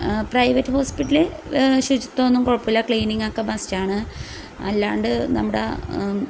private ഹോസ്പിറ്റലിൽ ശുചിത്വമൊന്നും കുഴപ്പമില്ല ക്ലീനിങ്ങൊക്കെ മസ്റ്റാണ് അല്ലാണ്ട് നമ്മുടെ